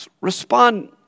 Respond